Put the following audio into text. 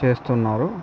చేస్తున్నారు